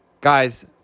Guys